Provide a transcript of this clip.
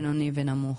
בינוני ונמוך?